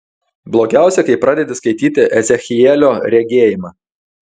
blogiausia kai pradedi skaityti ezechielio regėjimą